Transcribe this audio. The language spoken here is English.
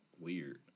weird